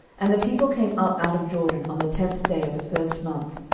and the people came up out of jordan on the tenth day of the first month,